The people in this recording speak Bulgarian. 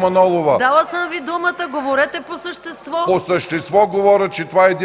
Лазаров, изказвайте се! Дала съм Ви думата, говорете по същество. ДИМИТЪР ЛАЗАРОВ: По същество говоря, че това е един